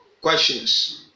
questions